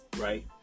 right